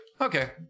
okay